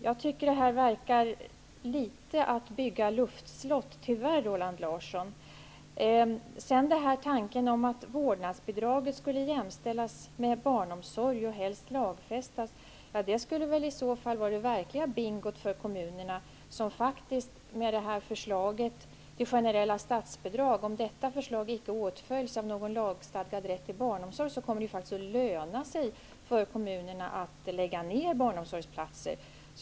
Jag tycker tyvärr att det verkar som om man bygger luftslott. Tanken om att vårdnadsbidraget skulle jämställas med barnomsorg och helst lagfästas skulle innebära ett verkligt bingo för kommunerna med förslaget till generella statsbidrag. Om detta förslag icke åtföljs av någon lagstadgad rätt till barnomsorg kommer det att löna sig för kommunerna att lägga ned barnomsorgsplatser.